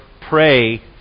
pray